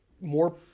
more